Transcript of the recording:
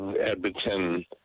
Edmonton